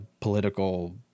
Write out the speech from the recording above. political